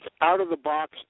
out-of-the-box